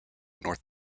north